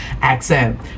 accent